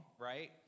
right